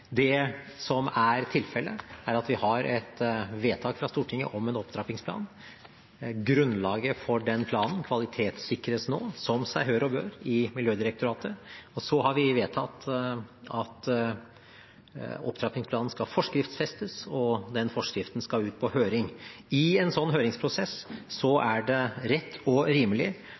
Det som er tilfellet, er at vi har et vedtak i Stortinget om en opptrappingsplan. Grunnlaget for den planen kvalitetssikres nå, som seg hør og bør, i Miljødirektoratet. Vi har vedtatt at opptrappingsplanen skal forskriftsfestes, og den forskriften skal ut på høring. I en sånn høringsprosess er det rett og rimelig